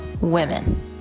women